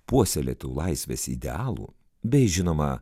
puoselėtų laisvės idealų bei žinoma